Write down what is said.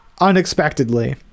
unexpectedly